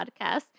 podcast